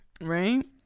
right